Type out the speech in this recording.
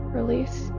Release